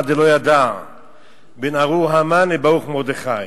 עד דלא ידע בין ארור המן לברוך מרדכי.